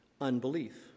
unbelief